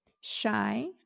shy